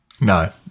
No